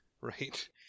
right